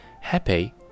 happy